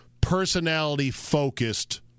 personality-focused